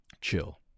Chill